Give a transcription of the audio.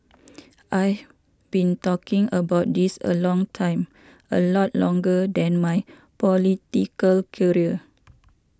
I've been talking about this a long time a lot longer than my political career